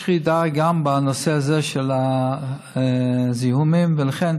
יש ירידה גם בנושא הזה של הזיהומים, ולכן